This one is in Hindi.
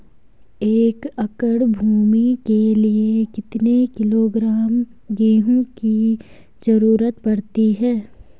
एक एकड़ भूमि के लिए कितने किलोग्राम गेहूँ की जरूरत पड़ती है?